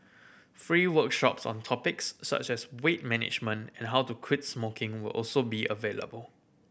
free workshops on topics such as weight management and how to quit smoking will also be available